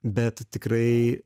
bet tikrai